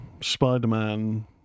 Spider-Man